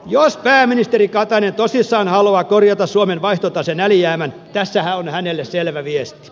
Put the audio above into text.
jos pääministeri katainen tosissaan haluaa korjata suomen vaihtotaseen alijäämän tässähän on hänelle selvä viesti